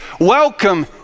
welcome